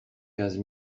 quinze